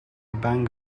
bang